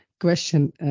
Question